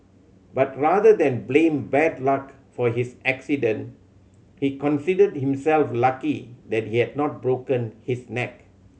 but rather than blame bad luck for his accident he considered himself lucky that he had not broken his neck